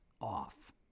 off